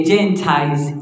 Gentiles